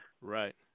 Right